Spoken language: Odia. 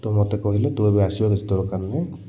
ତ ମୋତେ କହିଲେ ତୁ ଆସିବୁନି ତୋର ଏବେ କାମ ନାହିଁ